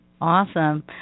Awesome